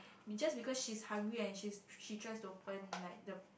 is just because she's hungry and she's she tries to open like the